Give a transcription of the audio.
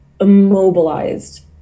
immobilized